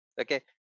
okay